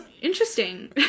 interesting